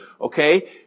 okay